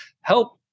help